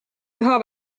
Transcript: üha